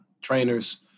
trainers